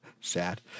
Sad